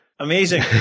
Amazing